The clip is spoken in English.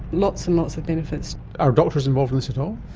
lots and lots of benefits. are doctors involved in this at all?